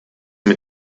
mit